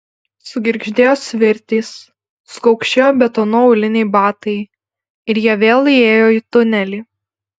sugirgždėjo svirtys sukaukšėjo betonu auliniai batai ir jie vėl įėjo į tunelį